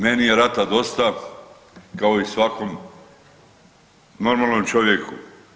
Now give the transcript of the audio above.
Meni je rata dosta kao i svakom normalnom čovjeku.